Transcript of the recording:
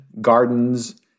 Gardens